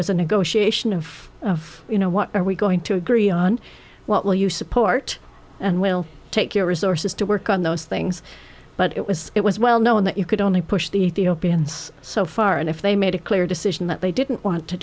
was a negotiation of you know what are we going to agree on what will you support and will take your resources to work on those things but it was it was well known that you could only push the ethiopians so far and if they made a clear decision that they didn't want to